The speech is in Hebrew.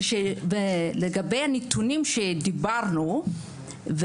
לגבי הנתונים שדיברנו עליהם,